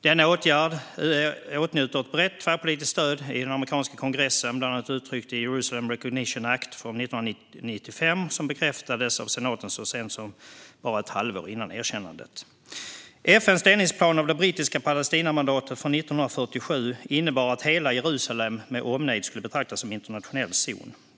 Denna åtgärd åtnjuter ett brett tvärpolitiskt stöd i den amerikanska kongressen - bland annat uttryckt i Jerusalem Recognition Act från 1995, som bekräftades av senaten så sent som ett halvår före erkännandet. FN:s delningsplan av det brittiska Palestinamandatet från 1947 innebar att hela Jerusalem med omnejd skulle betraktas som en internationell zon.